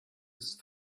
ist